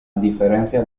diferencia